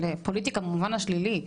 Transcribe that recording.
פוליטיקה במובן השלילי,